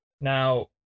Now